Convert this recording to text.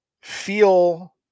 feel